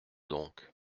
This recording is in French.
donc